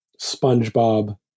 SpongeBob